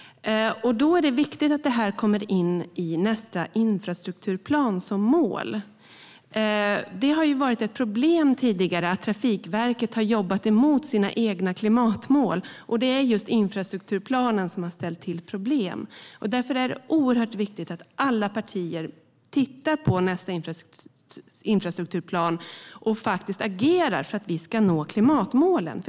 Det är viktigt att dessa frågor kommer in i nästa infrastrukturplan i form av mål. Det har varit ett problem tidigare att Trafikverket har jobbat mot sina egna klimatmål. Det är just infrastrukturplanen som har ställt till med problem. Därför är det oerhört viktigt att alla partier tittar på nästa infrastrukturplan och faktiskt agerar för att vi ska nå klimatmålen.